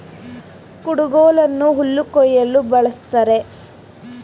ಕುಡುಗೋಲನ್ನು ಹುಲ್ಲು ಕುಯ್ಯಲು ಬಳ್ಸತ್ತರೆ